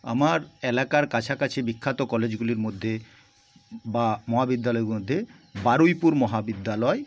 আমার এলাকার কাছাকাছি বিখ্যাত কলেজগুলির মধ্যে বা মহাবিদ্যালয়ের মধ্যে বারুইপুর মহাবিদ্যালয়